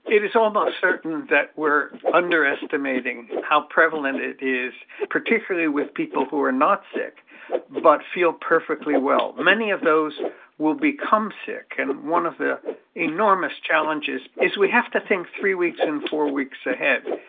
it is almost certain that we're underestimating how prevalent it is, particularly with people who are not sick but feel perfectly well. many of those will become sick. and one of the enormous challenges is we have to think three weeks and four weeks ahead.